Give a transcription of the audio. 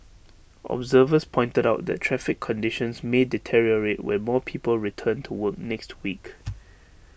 observers pointed out that traffic conditions may deteriorate when more people return to work next week